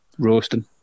Roasting